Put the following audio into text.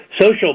social